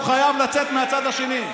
הוא חייב לצאת מהצד השני.